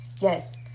yes